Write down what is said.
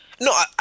no